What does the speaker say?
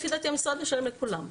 לפי דעתי המשרד משלם לכולם.